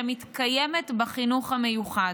שמתקיימת בחינוך המיוחד.